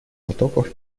потоков